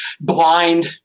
blind